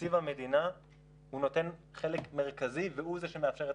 תקציב המדינה נותן חלק מרכזי והוא זה שמאפשר את